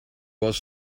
was